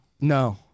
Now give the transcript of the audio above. No